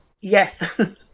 Yes